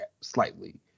slightly